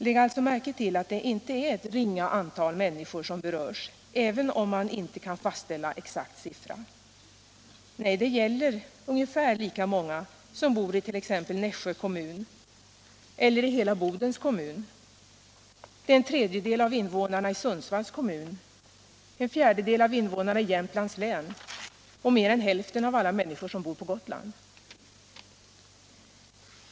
Lägg alltså märke till att det inte är ett ringa antal människor som berörs, även om man inte kan ange en exakt siffra. Nej, det gäller ungefär lika många som invånarna i t.ex. Nässjö kommun eller i hela Bodens kommun, en tredjedel av invånarna i Sundsvalls kommun, en fjärdedel av invånarna i Jämtlands län och mer än hälften av alla människor som bor på Gotland.